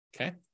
Okay